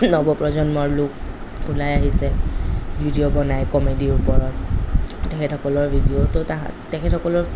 নৱ প্ৰজন্মৰ লোক ওলাই আহিছে ভিডিঅ' বনাই কমেডীৰ ওপৰত তেখেতসকলৰ ভিডিঅ' তেখেতসকলৰ